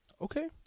Okay